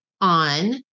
on